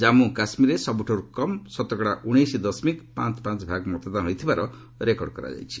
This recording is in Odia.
ଜାମ୍ମୁ କାଶ୍ମୀରରେ ସବୁଠାରୁ କମ୍ ଶତକଡ଼ା ଉଣେଇଶ ଦଶମିକ ପାଞ୍ଚ ପାଞ୍ଚ ଭାଗ ମତଦାନ ହୋଇଥିବା ରେକର୍ଡ କରାଯାଇଛି